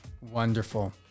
Wonderful